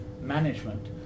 management